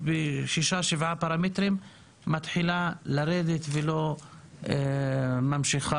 מאמנים וכל הנושא